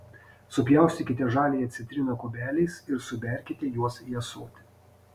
supjaustykite žaliąją citriną kubeliais ir suberkite juos į ąsotį